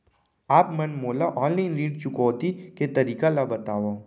आप मन मोला ऑनलाइन ऋण चुकौती के तरीका ल बतावव?